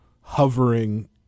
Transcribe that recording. hovering